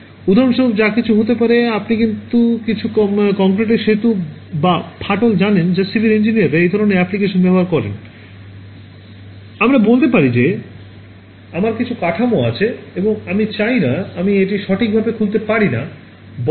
উদাহরণস্বরূপ যা কিছু হতে পারে আপনি কিছু কংক্রিটের সেতু বা ফাটল জানেন যা সিভিল ইঞ্জিনিয়াররা এই ধরণের অ্যাপ্লিকেশন ব্যবহার করেন আমরা বলতে পারি যে আমার কিছু কাঠামো আছে এবং আমি চাই না আমি এটি সঠিকভাবে খুলতে পারি কিনা